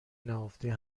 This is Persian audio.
نهفته